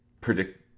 predict